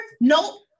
nope